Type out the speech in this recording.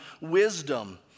wisdom